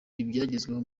ibyagezweho